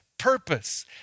purpose